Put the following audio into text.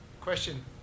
Question